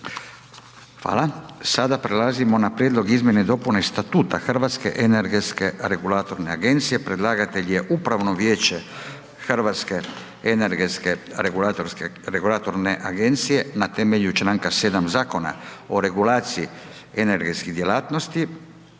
Sada prelazimo na Prijedlog izmjene i dopune Statuta Hrvatske energetske regulatorne agencije. Predlagatelj je Upravno vijeće Hrvatske energetske regulatorne agencije na temelju Članka 7. Zakona o regulaciji energetske djelatnosti.